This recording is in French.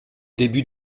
début